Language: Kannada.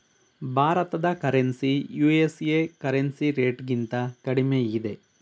ಭಾರತದ ಕರೆನ್ಸಿ ಯು.ಎಸ್.ಎ ಕರೆನ್ಸಿ ರೇಟ್ಗಿಂತ ಕಡಿಮೆ ಇದೆ